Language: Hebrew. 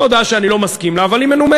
זו הודעה שאני לא מסכים לה, אבל היא מנומקת.